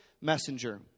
messenger